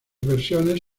versiones